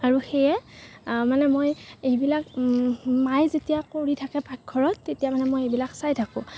আৰু সেয়ে মানে মই এইবিলাক মায়ে যেতিয়া কৰি থাকে পাকঘৰত তেতিয়া মানে মই এইবিলাক চাই থাকোঁ